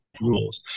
rules